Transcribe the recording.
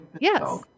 Yes